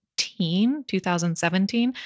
2017